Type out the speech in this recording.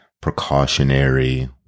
precautionary